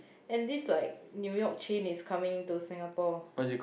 and this like New-York chain is coming to Singapore